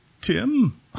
Tim